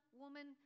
woman